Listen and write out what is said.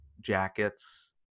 jackets